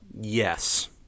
Yes